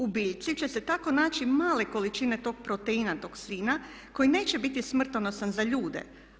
U biljci će se tako naći male količine tog proteina toksina koji neće biti smrtonosan za ljude.